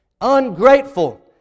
ungrateful